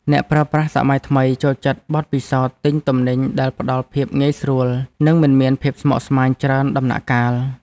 អ្នកប្រើប្រាស់សម័យថ្មីចូលចិត្តបទពិសោធន៍ទិញទំនិញដែលផ្តល់ភាពងាយស្រួល និងមិនមានភាពស្មុគស្មាញច្រើនដំណាក់កាល។